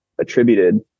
attributed